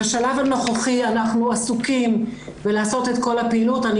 בשלב הנוכחי אנחנו עסוקים בלעשות את כל הפעילות,